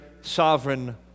sovereign